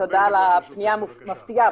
תודה על הפנייה המפתיעה,